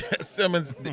Simmons